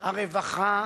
משרד הרווחה,